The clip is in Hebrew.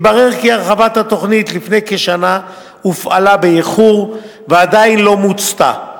התברר כי הרחבת התוכנית לפני כשנה הופעלה באיחור ועדיין לא מוצתה,